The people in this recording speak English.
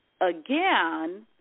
again